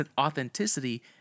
authenticity